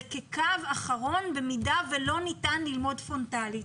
כקו אחרון במידה ולא ניתן ללמוד פרונטלית.